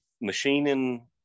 machining